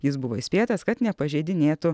jis buvo įspėtas kad nepažeidinėtų